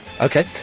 Okay